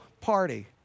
party